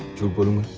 kaboom!